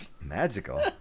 Magical